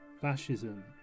Fascism